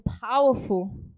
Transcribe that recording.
powerful